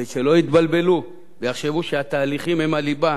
ושלא יתבלבלו ויחשבו שהתהליכים הם הליבה,